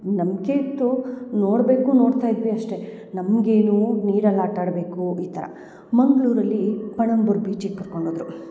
ನಂಬಿಕೆ ಇತ್ತು ನೋಡಬೇಕು ನೋಡ್ತಾ ಇದ್ವಿ ಅಷ್ಟೇ ನಮಗೇನು ನೀರಲ್ಲಿ ಆಟ ಆಡಬೇಕು ಈ ಥರ ಮಂಗಳೂರಲ್ಲಿ ಪಣಂಬುರ್ ಬೀಚಿಗೆ ಕರ್ಕೊಂಡು ಹೋದ್ರು